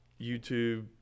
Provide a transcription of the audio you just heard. YouTube